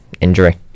injury